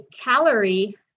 calorie